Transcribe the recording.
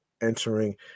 entering